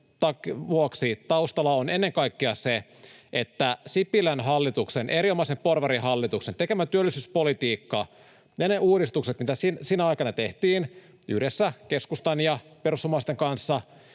mukaan taustalla on ennen kaikkea se — on Sipilän hallituksen, erinomaisen porvarihallituksen, tekemä työllisyyspolitiikka ja ne uudistukset, mitä sinä aikana tehtiin yhdessä keskustan ja perussuomalaisten kanssa.